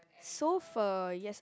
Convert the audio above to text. So-Pho yes